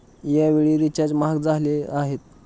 यावेळी रिचार्ज महाग झाले आहेत